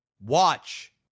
watch